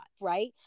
right